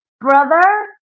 brother